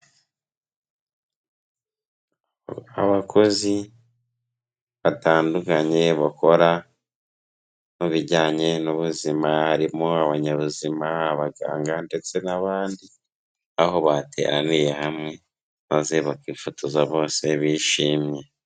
Abakozi batandukanye, bakora mu bijyanye n'ubuzima, harimo abanyabuzima, abaganga ndetse n'abandi, aho bateraniye hamwe, maze bakifotoza bose bishimye.